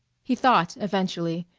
he thought, eventually,